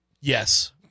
Yes